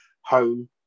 home